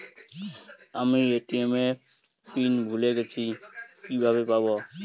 আমি এ.টি.এম এর পিন ভুলে গেছি কিভাবে পাবো?